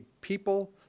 people